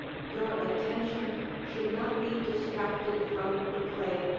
your attention should not be distracted from the play,